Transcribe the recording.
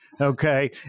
Okay